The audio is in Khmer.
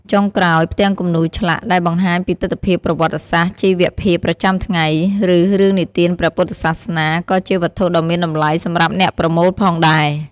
ចុងក្រោយ ផ្ទាំងគំនូរឆ្លាក់ ដែលបង្ហាញពីទិដ្ឋភាពប្រវត្តិសាស្ត្រ ជីវភាពប្រចាំថ្ងៃ ឬរឿងនិទានព្រះពុទ្ធសាសនា ក៏ជាវត្ថុដ៏មានតម្លៃសម្រាប់អ្នកប្រមូលផងដែរ។